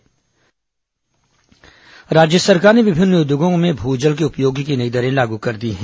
भू जल नई दरें राज्य सरकार ने विभिन्न उद्योगों में भू जल के उपयोग की नई दरें लागू कर दी हैं